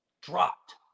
dropped